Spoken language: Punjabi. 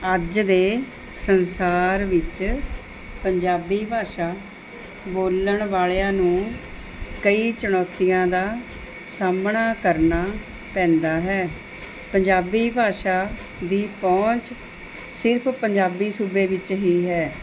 ਅੱਜ ਦੇ ਸੰਸਾਰ ਵਿੱਚ ਪੰਜਾਬੀ ਭਾਸ਼ਾ ਬੋਲਣ ਵਾਲ਼ਿਆਂ ਨੂੰ ਕਈ ਚੁਣੌਤੀਆਂ ਦਾ ਸਾਹਮਣਾ ਕਰਨਾ ਪੈਂਦਾ ਹੈ ਪੰਜਾਬੀ ਭਾਸ਼ਾ ਦੀ ਪਹੁੰਚ ਸਿਰਫ ਪੰਜਾਬੀ ਸੂਬੇ ਵਿੱਚ ਹੀ ਹੈ